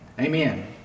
Amen